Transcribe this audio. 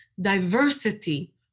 diversity